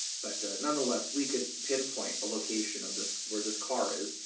but nonetheless, we could pinpoint a location of this where this car is,